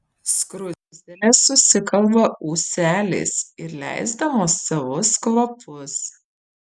skruzdėlės susikalba ūseliais ir leisdamos savus kvapus